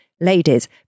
Ladies